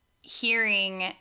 hearing